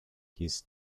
his